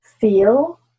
feel